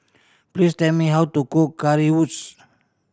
please tell me how to cook Currywurst